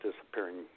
disappearing